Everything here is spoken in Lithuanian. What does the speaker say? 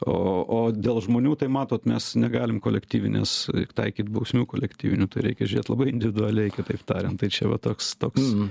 o o dėl žmonių tai matot mes negalim kolektyvinės taikyt bausmių kolektyvinių tai reikia žiūrėt labai individualiai kitaip tariant tai čia va toks toks